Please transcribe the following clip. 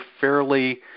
fairly